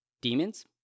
demons